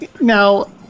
now